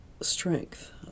strength